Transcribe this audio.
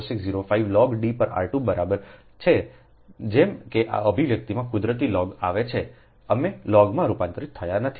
4605 log d પર r2 બરાબર છે જેમ કે આ અભિવ્યક્તિમાં કુદરતી લોગ આવે છે અમે લોગમાં રૂપાંતરિત થયા નથી